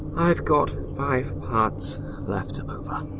i've got five parts left over.